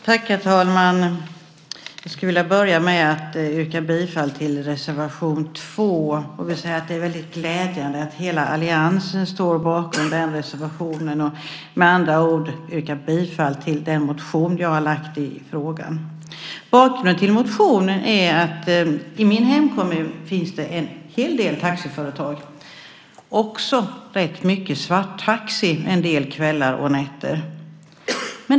Herr talman! Jag ska börja med att yrka bifall till reservation 2. Det är glädjande att hela alliansen står bakom reservationen och med andra ord yrkar bifall till den motion som jag har väckt i frågan. Bakgrunden till motionen är att det i min hemkommun finns en hel del taxiföretag, och även rätt många svarttaxibilar en del kvällar och nätter.